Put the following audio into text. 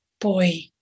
boy